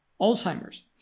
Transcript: Alzheimer's